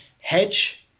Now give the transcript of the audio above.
hedge